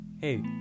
Hey